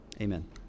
Amen